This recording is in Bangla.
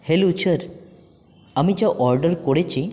হ্যালো স্যার আমি যা অর্ডার করেছি